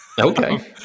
okay